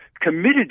committed